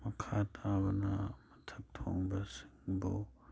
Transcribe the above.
ꯃꯈꯥ ꯇꯥꯕꯅ ꯃꯊꯛ ꯊꯣꯡꯕꯁꯤꯡꯕꯨ